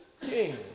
king